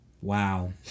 Wow